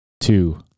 two